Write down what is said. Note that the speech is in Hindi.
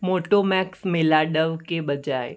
मोटोमैक्स मिला डव के बजाय